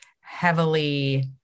heavily